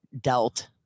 dealt